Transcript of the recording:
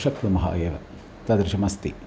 शक्नुमः एव तादृशम् अस्ति